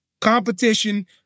Competition